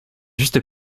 juste